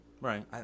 Right